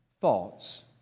thoughts